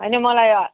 होइन मलाई